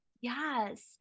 Yes